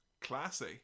Classy